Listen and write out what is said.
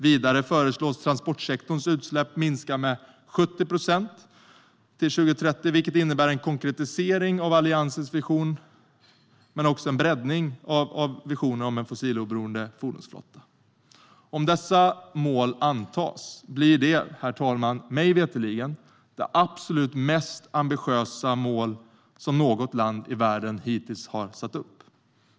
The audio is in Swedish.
Vidare föreslås transportsektorns utsläpp minska med 70 procent till 2030, vilket innebär en konkretisering men också en breddning av Alliansens vision om en fossiloberoende fordonsflotta. Om dessa mål antas blir de mig veterligen, herr talman, de absolut mest ambitiösa mål som något land i världen hittills har satt upp.